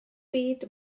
byd